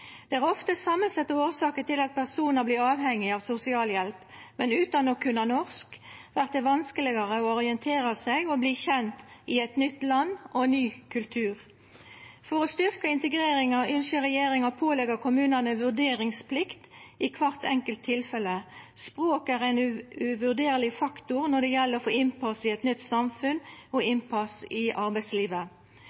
Det er ofte samansette årsaker til at personar vert avhengige av sosialhjelp, men utan å kunna norsk vert det vanskelegare å orientera seg og verta kjend med eit nytt land og ein ny kultur. For å styrkja integreringa ynskjer regjeringa å påleggja kommunane vurderingsplikt i kvart enkelt tilfelle. Språk er ein uvurderleg faktor når det gjeld å få innpass i eit nytt samfunn og i